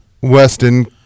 Weston